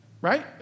right